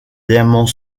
diamant